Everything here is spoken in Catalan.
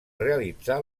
realitzar